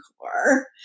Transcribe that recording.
Core